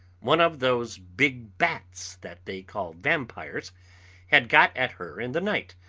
one of those big bats that they call vampires had got at her in the night,